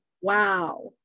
Wow